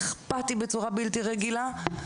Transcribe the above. אכפתי בצורה בלתי רגילה.